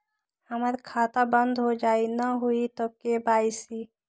हमर खाता बंद होजाई न हुई त के.वाई.सी?